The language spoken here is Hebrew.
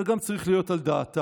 וגם צריך להיות על דעתם.